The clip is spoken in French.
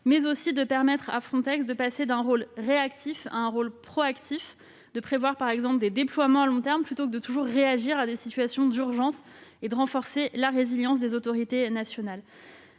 mais aussi de permettre à Frontex de passer d'un rôle réactif à un rôle proactif, en prévoyant, par exemple, des déploiements à long terme, plutôt que de toujours réagir à des situations d'urgence. Il s'agit de renforcer la résilience des autorités nationales.